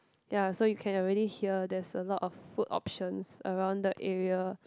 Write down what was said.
ya so you can already hear there's a lot of food options around the area